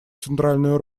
центральную